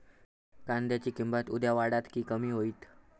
कांद्याची किंमत उद्या वाढात की कमी होईत?